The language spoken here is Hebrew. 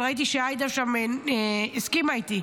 אבל ראיתי שעאידה שם הסכימה איתי.